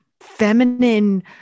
feminine